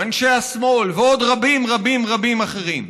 אנשי השמאל ועוד רבים רבים רבים אחרים.